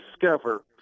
discover